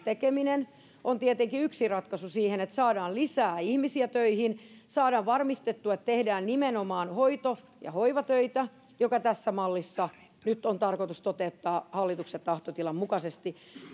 tekeminen on tietenkin yksi ratkaisu siihen että saadaan lisää ihmisiä töihin saadaan varmistettua että tehdään nimenomaan hoito ja hoivatöitä mikä tässä mallissa nyt on tarkoitus toteuttaa hallituksen tahtotilan mukaisesti